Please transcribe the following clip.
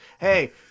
Hey